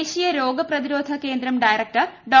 ദേശീയ രോഗ പ്രതിരോധ കേന്ദ്രം ഡയറക്ടർ ഡോ